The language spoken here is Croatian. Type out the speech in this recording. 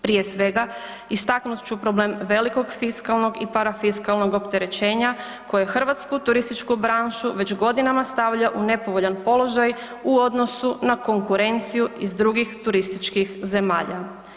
Prije svega, istaknut ću problem velikog fiskalnog i parafiskalnog opterećenja koji hrvatsku turističku branšu već godinama stavlja u nepovoljan položaj u odnosu n konkurenciju iz drugih turističkih zemalja.